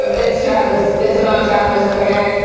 um it's travis, it's about travis, okay?